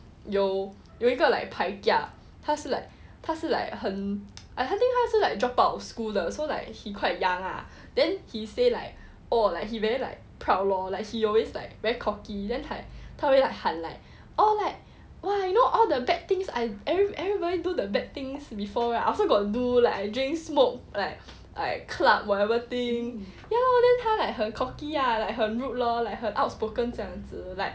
有有一个 like pai kia 他是 like 他是 like 很 I think 他是 like drop out of school 的 so like he quite young ah then he say like oh he like very like proud lor like he always like very cocky then like 他会 like 喊 like oh like !wah! you know all the bad things I everybody do the bad things before right I also got do like I drink smoke like club whatever thing ya lor then 他很 like cocky lah like 很 rude lor 很 outspoken 这样子